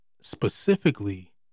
specifically